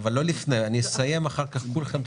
לא דקה לפני אלא כמה ימים לפני,